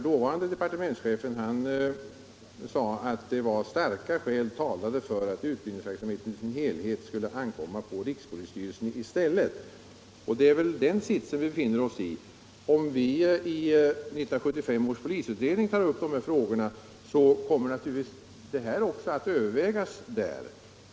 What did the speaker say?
Dåvarande departementschefen sade att starka skäl talade för att utbildningsverksamheten i sin helhet skulle ankomma på rikspolisstyrelsen i stället. Det är väl den sitsen vi befinner oss i. Om vi i 1975 års polisutredning tar upp de här frågorna, så kommer naturligtvis också detta att övervägas där.